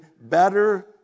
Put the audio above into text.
better